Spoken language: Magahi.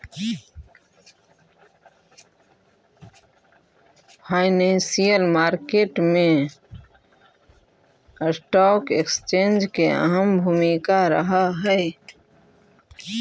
फाइनेंशियल मार्केट मैं स्टॉक एक्सचेंज के अहम भूमिका रहऽ हइ